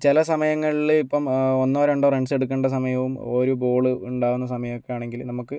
ചില സമയങ്ങളിൽ ഇപ്പം ഒന്നോ രണ്ടോ റൺസ് എടുക്കേണ്ട സമയവും ഒരു ബോൾ ഉണ്ടാകുന്ന സമയം ഒക്കെ ആണെങ്കിൽ നമുക്ക്